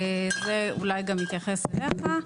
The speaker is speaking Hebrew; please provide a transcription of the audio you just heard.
זה אולי גם מתייחס אליך.